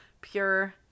pure